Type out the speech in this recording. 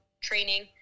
training